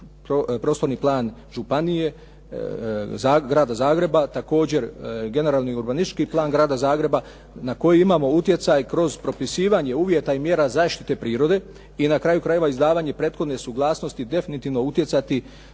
prostorni plan županije Grada Zagreba također generalni i urbanistički plan Grada Zagreba na koji imamo utjecaj kroz propisivanje uvjeta i mjera zaštite prirode i na kraju krajeva izdavanje prethodne suglasnosti definitivno utjecati